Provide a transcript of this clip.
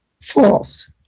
False